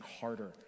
harder